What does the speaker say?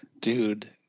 Dude